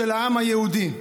של העם היהודי.